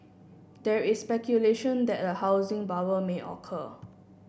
there is speculation that a housing bubble may occur